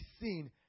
seen